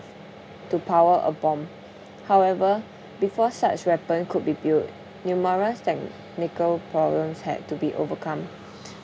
to power a bomb however before such weapon could be built numerous technical problems had to be overcome